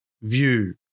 view